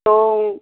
तो